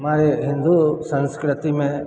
हमारे हिन्दू संस्कृति में